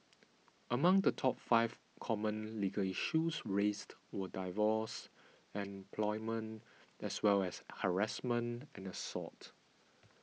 among the top five common legal issues raised were divorce employment as well as harassment and assault